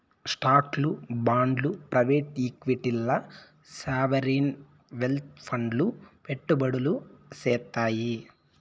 స్టాక్లు, బాండ్లు ప్రైవేట్ ఈక్విటీల్ల సావరీన్ వెల్త్ ఫండ్లు పెట్టుబడులు సేత్తాయి